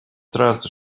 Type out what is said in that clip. трассы